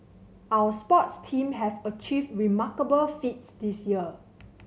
our sports team have achieved remarkable feats this year